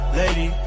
lady